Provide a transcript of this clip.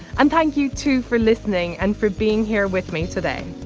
i'm thank you too for listening and for being here with me today.